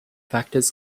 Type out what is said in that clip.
factors